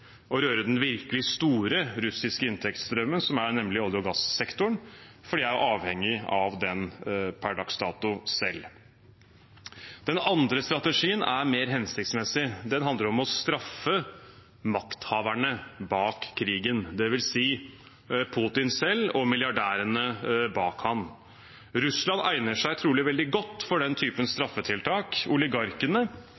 å røre den virkelig store russiske inntektsstrømmen, som er olje- og gassektoren, for de er per dags dato avhengige av den selv. Den andre strategien er mer hensiktsmessig. Den handler om å straffe makthaverne bak krigen, dvs. Putin selv og milliardærene bak ham. Russland egner seg trolig veldig godt for den typen